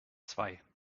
zwei